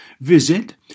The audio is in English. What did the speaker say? Visit